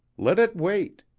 let it wait.